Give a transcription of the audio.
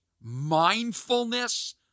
Mindfulness